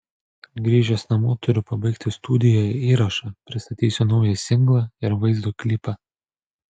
grįžęs namo turiu pabaigti studijoje įrašą pristatysiu naują singlą ir vaizdo klipą